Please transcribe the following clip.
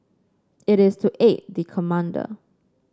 it is to aid the commander